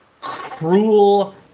cruel